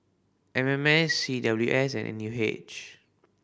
M M S C W S and N U H